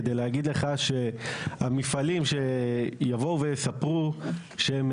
כדי להגיד לך שהמפעלים יבואו ויספרו שהם